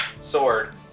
sword